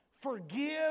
forgive